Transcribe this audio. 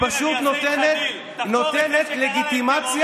היא פשוט נותנת להם לגיטימציה,